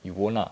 you won't lah